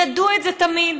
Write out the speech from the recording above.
ידעו את זה תמיד,